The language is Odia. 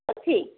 ଅଛି